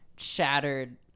Shattered